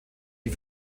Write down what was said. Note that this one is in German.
die